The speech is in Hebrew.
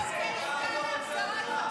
מתי אתה עושה עסקה להחזרת החטופים?